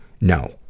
No